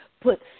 put